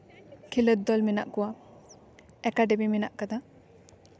ᱠᱷᱮᱞᱳᱰ ᱫᱚᱞ ᱢᱮᱱᱟᱜ ᱠᱟᱫᱟ ᱮᱠᱟᱰᱮᱢᱤ ᱢᱮᱱᱟᱜ ᱠᱟᱫᱟ